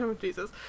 Jesus